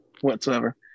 whatsoever